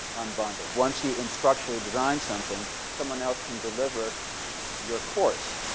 unbundled. once you instructionally design something, someone else can deliver your course.